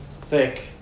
thick